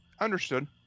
Understood